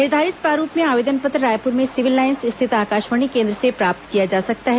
निर्धारित प्रारूप में आवेदन पत्र रायपुर में सिविल लाईन्स स्थित आकाशवाणी केन्द्र से प्राप्ष्त किया जा सकता है